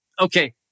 Okay